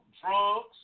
drugs